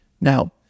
Now